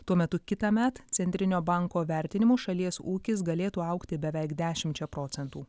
tuo metu kitąmet centrinio banko vertinimu šalies ūkis galėtų augti beveik dešimčia procentų